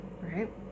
Right